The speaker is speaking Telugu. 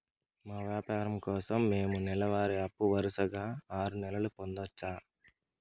మా వ్యాపారం కోసం మేము నెల వారి అప్పు వరుసగా ఆరు నెలలు పొందొచ్చా?